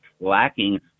lacking